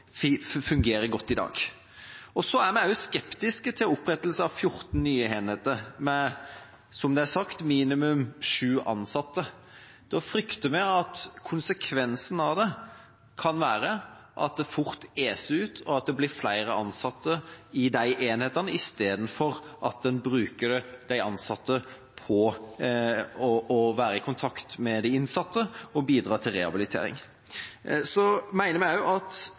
fungerer godt i dag? Vi er også skeptiske til opprettelse av 14 nye enheter med, som det er sagt, minimum 7 ansatte. Vi frykter at konsekvensene av det kan være at det fort eser ut, at det blir flere ansatte i de enhetene, istedenfor at en bruker de ansatte på å være i kontakt med de innsatte og bidra til rehabilitering. Vi mener også at